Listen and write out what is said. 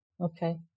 Okay